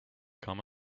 come